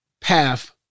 path